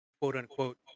quote-unquote